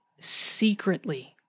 Secretly